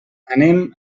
anem